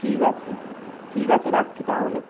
ঠিক আছে ঠিক আছে রাখছি তাহলে